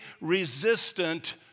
resistant